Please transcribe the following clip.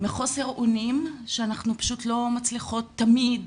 מחוסר אונים שאנחנו פשוט לא מצליחות תמיד